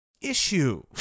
issue